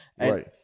Right